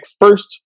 first